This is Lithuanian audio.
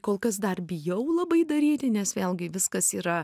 kol kas dar bijau labai daryti nes vėlgi viskas yra